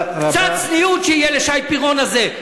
קצת צניעות שתהיה לשי פירון הזה.